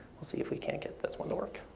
let's see if we can get this one to work.